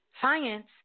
Science